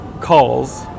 calls